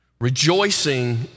rejoicing